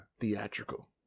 Theatrical